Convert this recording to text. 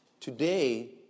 Today